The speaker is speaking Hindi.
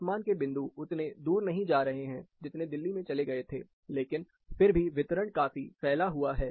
तापमान के बिंदु उतने दूर नहीं जा रहे हैं जितने दिल्ली में चले गए थे लेकिन फिर भी वितरण काफी फैला हुआ है